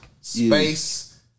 space